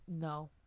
no